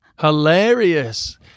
hilarious